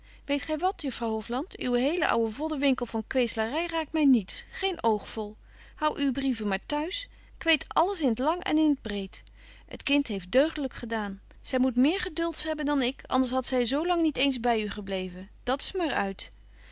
weet gy wat juffrouw hofland uwe hele ouwe voddenwinkel van kweeslary raakt my niets geen oogvol hou uwe brieven maar t'huis ik weet alles in t lang en in t breed het kind heeft deugdelyk gedaan zy moet meer gedulds hebben dan ik anders hadt zy zo lang niet eens by u gebleven dat's maar uit